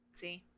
see